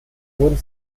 wurden